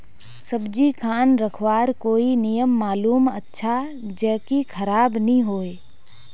सब्जी खान रखवार कोई नियम मालूम अच्छा ज की खराब नि होय?